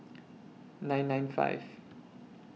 nine nine five